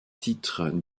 titre